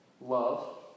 Love